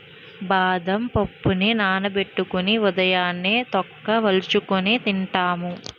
బాదం పప్పుని నానబెట్టుకొని ఉదయాన్నే తొక్క వలుచుకొని తింటాము